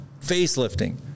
facelifting